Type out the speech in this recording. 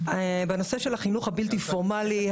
גבירתי המנכ"לית,